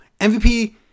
MVP